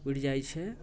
उड़ि जाइत छै